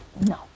No